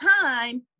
time